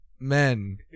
Men